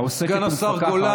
העוסקת ומפקחת,